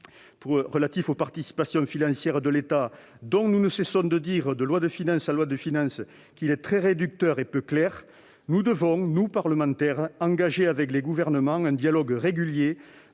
spéciale « Participations financières de l'État », dont nous ne cessons de dire, loi de finances après loi de finances, qu'il est très réducteur et peu clair, nous devons, nous parlementaires, engager avec les gouvernements un dialogue régulier,